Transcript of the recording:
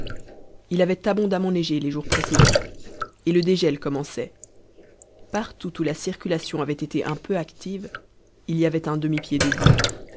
il avait abondamment neigé les jours précédents et le dégel commençait partout où la circulation avait été un peu active il y avait un demi-pied de boue